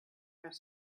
has